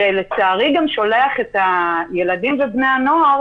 שלצערי גם שולח את הילדים ובני הנוער